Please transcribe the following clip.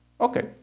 Okay